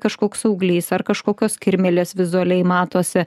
kažkoks auglys ar kažkokios kirmėlės vizualiai matosi